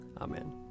Amen